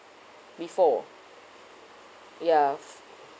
before ya